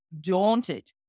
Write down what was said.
daunted